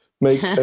make